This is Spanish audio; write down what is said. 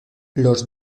los